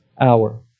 hour